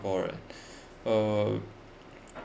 right uh